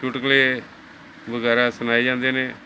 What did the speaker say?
ਚੁਟਕਲੇ ਵਗੈਰਾ ਸੁਣਾਏ ਜਾਂਦੇ ਨੇ